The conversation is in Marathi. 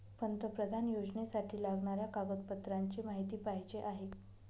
पंतप्रधान योजनेसाठी लागणाऱ्या कागदपत्रांची माहिती पाहिजे आहे